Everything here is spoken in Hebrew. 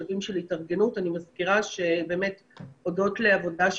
אני אשמח לקבל את המידע.